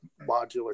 modular